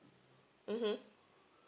mmhmm